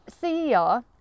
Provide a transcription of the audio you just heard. CER